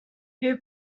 who